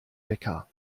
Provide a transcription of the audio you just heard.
wecker